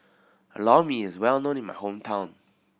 Lor Mee is well known in my hometown